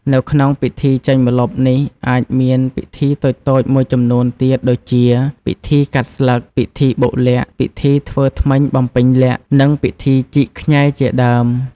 នៅក្នុងពិធីចេញម្លប់នេះអាចមានពិធីតូចៗមួយចំនួនទៀតដូចជា ពិធីកាត់ស្លឹក ពិធីបុកល័ក្ត ពិធីធ្វើធ្មេញបំពេញលក្ខណ៍ និងពិធីជីកខ្ញែជាដើម។